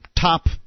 top